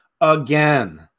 again